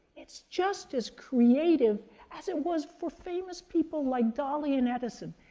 it's just as creative as it was for famous people like dali and edison,